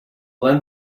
then